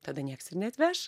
tada nieks ir neatveš